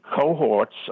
cohorts